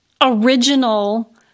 original